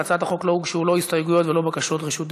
להצעת החוק לא הוגשו הסתייגויות ולא בקשות רשות דיבור,